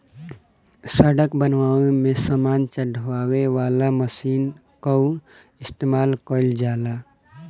सड़क बनावे में सामान चढ़ावे वाला मशीन कअ इस्तेमाल कइल जाला